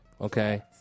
okay